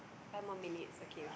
five more minutes okay okay